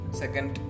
second